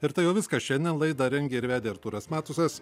ir tai jau viskas šiandien laidą rengė ir vedė artūras matusas